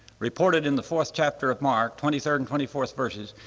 reported in the fourth chapter of mark twenty third and twenty fourth verses,